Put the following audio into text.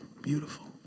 beautiful